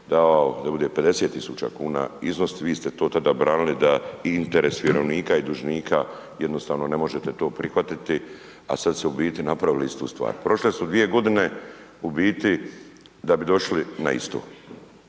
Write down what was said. davao da bude 50.000 kuna iznos, vi ste to tada branili da i interes vjerovnika i dužnika jednostavno ne možete to prihvatiti, a sad ste u biti napravili istu stvar. Prošle su dvije godine u biti da bi došli na isto.